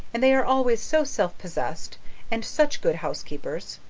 and they are always so selfpossessed and such good housekeepers.